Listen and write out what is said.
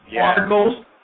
Articles